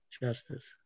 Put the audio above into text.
justice